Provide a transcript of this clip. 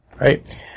Right